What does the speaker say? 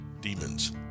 demons